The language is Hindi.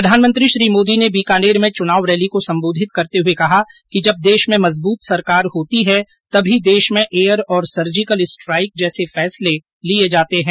प्रधानमंत्री श्री मोदी ने बीकानेर में चुनावी रैली को संबोधित करते हुए कहा कि जब देश में मजबूत सरकार होती है तभी देश में एयर और सर्जिकल स्ट्राइक जैसे फैसले लिये जाते है